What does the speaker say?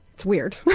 it's weird.